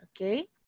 Okay